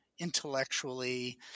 intellectually